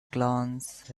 glance